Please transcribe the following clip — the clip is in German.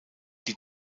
die